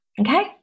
Okay